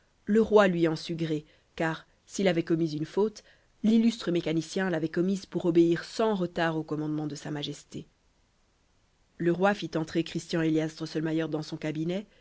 le roi lui en sut gré car s'il avait commis une faute l'illustre mécanicien l'avait commise pour obéir sans retard aux commandements de sa majesté le roi fit entrer christian élias drosselmayer dans son cabinet